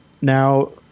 Now